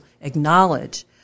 acknowledge